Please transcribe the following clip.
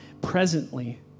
presently